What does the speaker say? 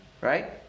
Right